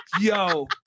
Yo